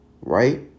right